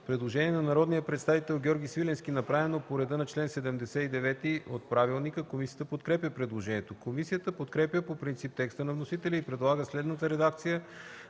Предложение на народния представител Георги Свиленски, направено по реда на чл. 79 от правилника. Комисията подкрепя предложението. Комисията подкрепя по принцип текста на вносителя и предлага следната редакция